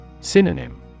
Synonym